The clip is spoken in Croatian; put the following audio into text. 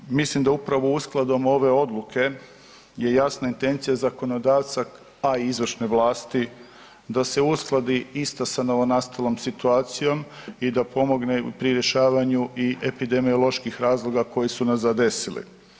Nadalje, mislim da upravo uskladom ove odluke je jasna intencija zakonodavca, a i izvršne vlasti da se uskladi isto sa novonastalom situacijom i da pomogne pri rješavanju i epidemioloških razloga koji su nas zadesili.